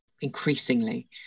increasingly